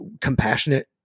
compassionate